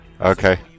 Okay